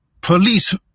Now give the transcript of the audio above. police